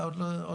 אתה עוד מעט.